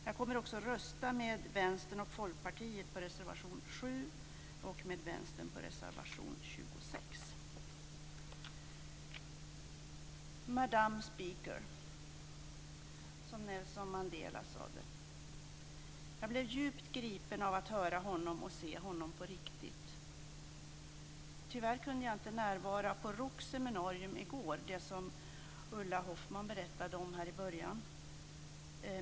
Jag kommer också att rösta med Madame speaker, som Nelson Mandela sade. Jag blev djupt gripen av att höra honom och se honom på riktigt. Tyvärr kunde jag inte närvara på ROKS seminarium i går, som Ulla Hoffmann berättade om.